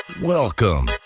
Welcome